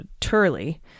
Turley